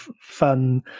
fun